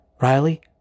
Riley